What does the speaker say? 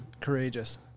courageous